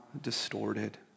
distorted